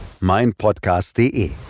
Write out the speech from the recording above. meinpodcast.de